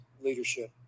leadership